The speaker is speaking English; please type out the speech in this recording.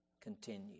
continue